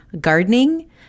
gardening